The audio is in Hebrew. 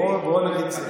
בוא נגיד כך.